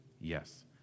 Yes